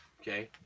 Okay